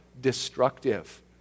destructive